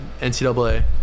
NCAA